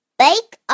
bake